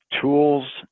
tools